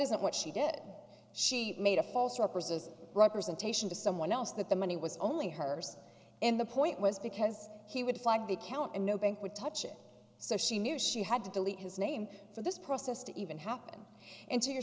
isn't what she did she made a false or preserves representation to someone else that the money was only hers and the point was because he would like the count and no bank would touch it so she knew she had to delete his name for this process to even happen and to your